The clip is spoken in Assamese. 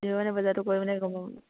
যিমানে বজাৰটো কৰিম সিমানে গম পাম